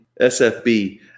SFB